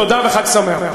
תודה וחג שמח.